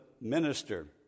minister